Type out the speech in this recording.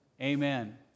Amen